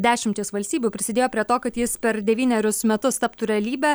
dešimtys valstybių prisidėjo prie to kad jis per devynerius metus taptų realybe